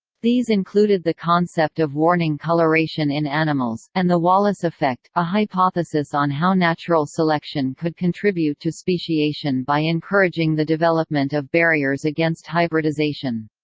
these included the concept of warning colouration in animals, and the wallace effect, a hypothesis on how natural selection could contribute to speciation by encouraging the development of barriers against hybridisation.